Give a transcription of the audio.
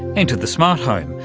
enter the smart home,